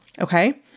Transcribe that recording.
okay